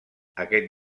aquest